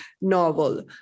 novel